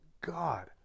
God